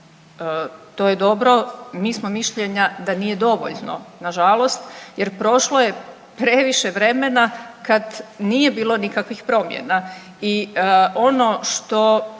to je dobro. Mi smo mišljenja da nije dovoljno na žalost jer prošlo je previše vremena kad nije bilo nikakvih promjena. I on što